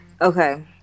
okay